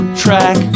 track